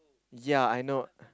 ya I know